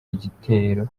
igitero